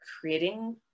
creating